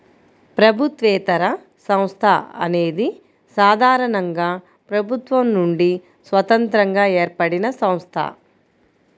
ప్రభుత్వేతర సంస్థ అనేది సాధారణంగా ప్రభుత్వం నుండి స్వతంత్రంగా ఏర్పడినసంస్థ